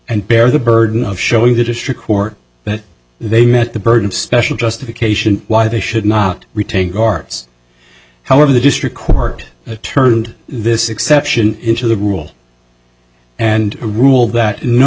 and bear the burden of showing the district court that they met the burden of special justification why they should not retain darts however the district court turned this exception into the rule and a rule that no